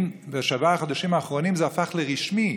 בשבעת החודשים האחרונים זה הפך לרשמי.